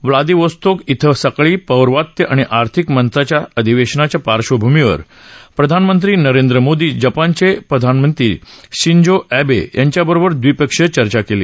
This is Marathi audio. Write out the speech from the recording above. व्लादिवोस्तोक आज सकाळी पौर्वात्य आणि आर्थिक मंचाच्या अधिवेशनाच्या पार्डभूमीवर प्रधानमंत्री नरेंद्र मोदी जपानचे प्रधानमंत्री शिजो अबे यांच्याशी ड्रिपक्षीय चर्चा केली